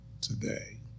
today